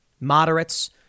moderates